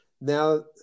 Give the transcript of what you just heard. now